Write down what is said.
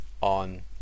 on